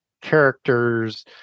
characters